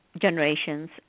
generations